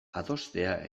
adostea